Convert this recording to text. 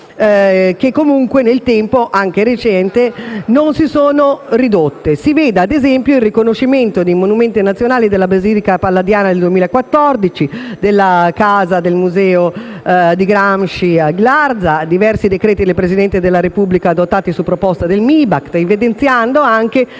che comunque nel tempo, anche recente, non si sono ridotte. Si veda ad esempio il riconoscimento come monumenti nazionali della Basilica palladiana nel 2014 e della Casa museo di Gramsci a Ghilarza (diversi decreti del Presidente della Repubblica, adottati su proposta del Ministero dei beni e